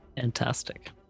Fantastic